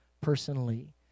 personally